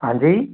हाँ जी